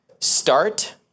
start